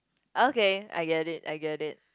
okay I get it I get it